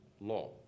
law